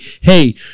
hey